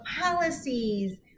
policies